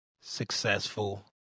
successful